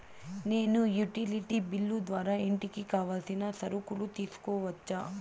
నేను utility bill ద్వారా ఇంటికి కావాల్సిన సరుకులు తీసుకోవచ్చా?